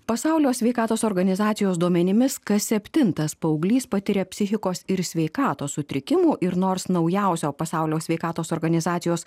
pasaulio sveikatos organizacijos duomenimis kas septintas paauglys patiria psichikos ir sveikatos sutrikimų ir nors naujausio pasaulio sveikatos organizacijos